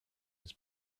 his